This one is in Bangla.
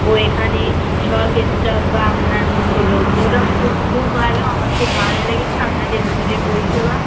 ও এখানে সব স্টাফ বা আপনার মতো লোকজনরা খুব খুব ভালো আমার খুব ভালো লেগেছে আপনাদের হোটেলের পরিষেবা